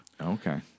Okay